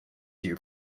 you